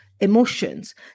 emotions